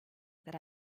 that